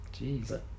jeez